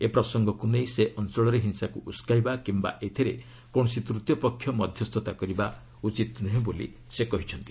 ଏ ପ୍ରସଙ୍ଗକୁ ନେଇ ସେ ଅଞ୍ଚଳରେ ହିଂସାକୁ ଉସ୍କାଇବା କିମ୍ବା ଏଥିରେ କୌଣସି ତୂତୀୟ ପକ୍ଷ ମଧ୍ୟସ୍ଥତା କରିବା ଉଚିତ ନୁହେଁ ବୋଲି ସେ କହିଛନ୍ତି